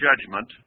judgment